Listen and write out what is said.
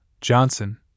Johnson